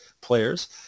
players